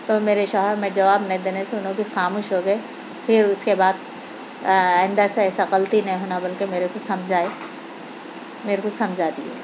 تو میرے شوہر میں جواب نہیں دینے سے وہ لوگ بھی خاموش ہو گئے پھر اُس کے بعد آئندہ سے ایسا غلطی نہ ہونے بلکہ میرے کو سمجھائے میرے کو سمجھا دیئے